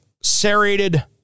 serrated